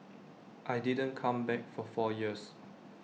I didn't come back for four years